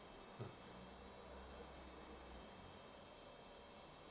mm